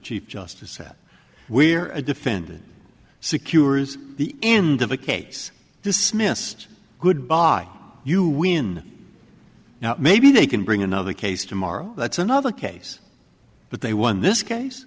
chief justice that we're a defendant secures the end of a case dismissed goodbye you win now maybe they can bring another case tomorrow that's another case but they won this case